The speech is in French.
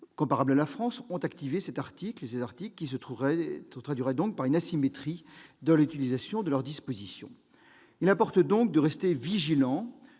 comparables à la France ont activé ces articles. Dès lors, on aboutirait à une asymétrie dans l'utilisation de leurs dispositions. Il importe donc de rester vigilant,